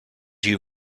you